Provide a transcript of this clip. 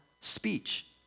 speech